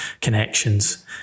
connections